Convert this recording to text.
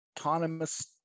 Autonomous